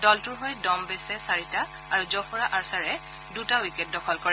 দলটোৰ হৈ ডম বেচে চাৰিটা আৰু জফৰা অৰ্চাৰে দুটা উইকেট দখল কৰে